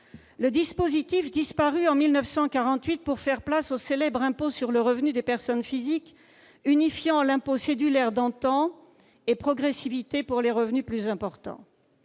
Le dispositif disparut en 1948 pour faire place au célèbre « impôt sur le revenu des personnes physiques » unifiant impôt cédulaire d'antan et progressivité pour les revenus plus importants.